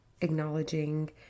acknowledging